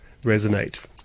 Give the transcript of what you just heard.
resonate